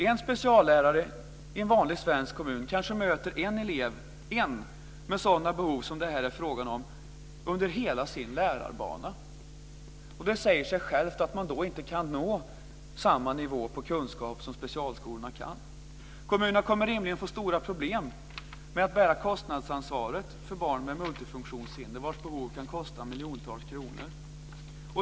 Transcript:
En speciallärare i en vanlig svensk kommun kanske möter en enda elev med sådana behov som det här är fråga om under hela sin lärarbana. Det säger sig självt att man då inte kan nå samma nivå på kunskap som specialskolorna kan. Kommunerna kommer rimligen att få stora problem med att bära kostnadsansvaret för barn med multifunktionshinder vars behov kan kosta miljontals kronor.